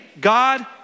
God